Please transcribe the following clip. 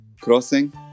crossing